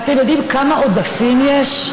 ואתם יודעים כמה עודפים יש?